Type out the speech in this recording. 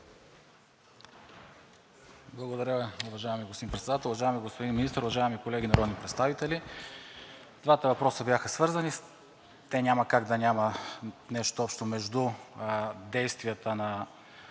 Благодаря, уважаеми господин Председател. Уважаеми господин Министър, уважаеми колеги народни представители! Двата въпроса бяха свързани и няма как да няма нещо общо между действията на